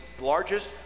largest